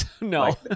No